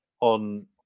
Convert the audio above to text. on